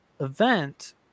event